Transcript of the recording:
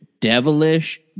devilish